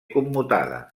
commutada